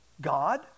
God